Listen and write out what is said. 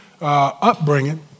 upbringing